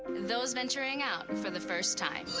those venturing out for the first time